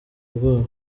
ubwoba